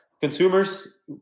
consumers